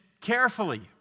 carefully